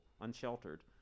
unsheltered